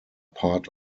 part